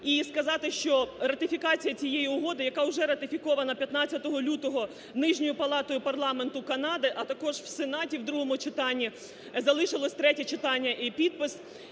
і сказати, що ратифікація цієї угоди, яка уже ратифікована 15 лютого Нижньою палатою парламенту Канади, а також в Сенаті в другому читанні, залишилось третє читання і підпис,